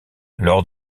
lors